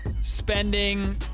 spending